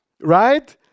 Right